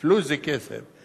"פְלוּס" זה כסף,